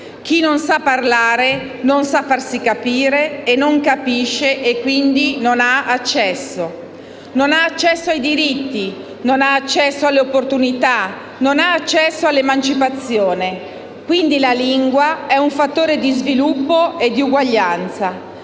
Chi non sa parlare, non sa farsi capire e non capisce, quindi non ha accesso. Non ha accesso ai diritti, non ha accesso alle opportunità, non ha accesso all'emancipazione. Quindi la lingua è un fattore di sviluppo e di uguaglianza.